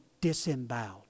disemboweled